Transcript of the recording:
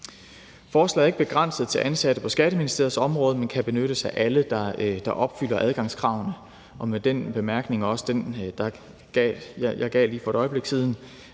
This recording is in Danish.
Forslaget er ikke begrænset til ansatte på Skatteministeriets område, men kan benyttes af alle, der opfylder adgangskravene. Og med den bemærkning, jeg gav lige for et øjeblik siden,